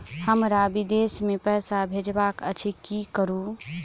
हमरा विदेश मे पैसा भेजबाक अछि की करू?